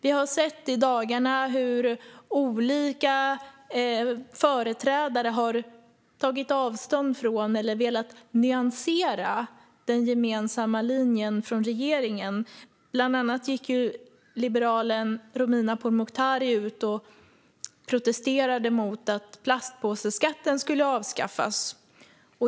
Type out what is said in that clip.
Vi har i dagarna sett och hört hur olika företrädare har tagit avstånd från eller velat nyansera den gemensamma linjen från regeringen. Bland annat gick liberalen Romina Pourmokhtari ut och protesterade mot att plastpåseskatten skulle avskaffas.